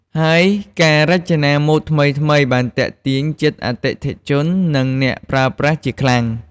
ហើយការរចនាម៉ូដថ្មីៗបានទាក់ទាញចិត្តអតិថិជន និងអ្នកប្រើប្រាស់ជាខ្លាំង។